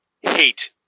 hate